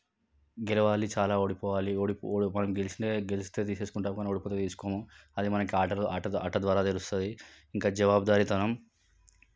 గెలవాలి చాలా ఓడిపోవాలి ఓడి మనం గెలి గెలిస్తే తీసుకుంటాం మనం ఓడిపోతే తీసుకోము అది మనం ఆట ఆట ఆట ద్వారా తెలుస్తుంది ఇంకా జవాబుదారితనం